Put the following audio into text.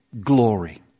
glory